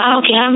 okay